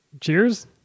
Cheers